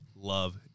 love